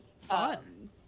fun